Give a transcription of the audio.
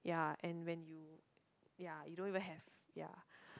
yeah and when you yeah you don't even have yeah